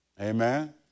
Amen